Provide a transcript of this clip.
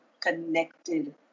connected